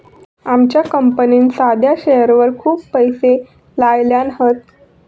आमच्या कंपनीन साध्या शेअरवर खूप पैशे लायल्यान हत